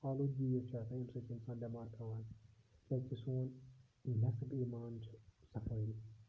آلوٗدگی یُس چھِ آسان ییٚمہِ سۭتۍ اِنسان بٮ۪مار پٮ۪وان کیٛازِکہِ سون نٮ۪صف ایٖمان چھُ صفٲیی